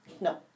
No